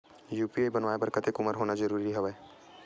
UPI बनवाय बर कतेक उमर होना जरूरी हवय?